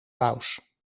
paus